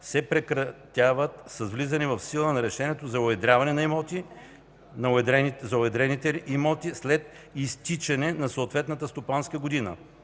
се прекратяват с влизане в сила на решението за уедрените имоти след изтичане на съответната стопанска година.”